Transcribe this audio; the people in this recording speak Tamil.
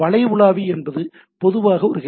வலை உலாவி என்பது பொதுவாக ஒரு ஹெச்